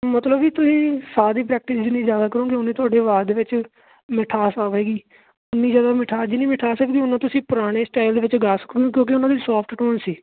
ਮਤਲਬ ਵੀ ਤੁਸੀਂ ਸਾਹ ਦੀ ਪ੍ਰੈਕਟਿਸ ਜਿੰਨੀ ਜ਼ਿਆਦਾ ਕਰੋਗੇ ਉਨੀ ਤੁਹਾਡੇ ਆਵਾਜ਼ ਦੇ ਵਿੱਚ ਮਿਠਾਸ ਆਵੇਗੀ ਉਨੀ ਜ਼ਿਆਦਾ ਮਿਠਾਸ ਜਿੰਨੀ ਮਿਠਾਸ ਆ ਸਕਦੀ ਉਨਾ ਤੁਸੀਂ ਪੁਰਾਣੇ ਸਟਾਇਲ ਦੇ ਵਿੱਚ ਗਾ ਸਕਦੇ ਉਨੀ ਕਿਉਂਕਿ ਉਹਨਾਂ ਦੀ ਸੋਫਟ ਟੋਨ ਸੀ